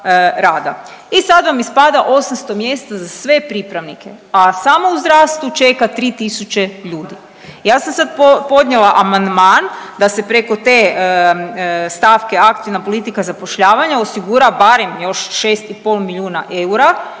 I sada vam ispada 800 mjesta za sve pripravnike, a samo u zdravstvu čeka 3.000 ljudi. Ja sam sad podnijela amandman da se preko te stavke Aktivna politika zapošljavanja osigura barem još 6,5 milijuna eura